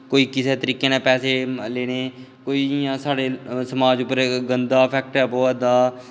कोई किसे तरीकै नै पैसे लैने कोई जि'यां साढ़े समाज च गंदा इफैक्ट ऐ प'वा दा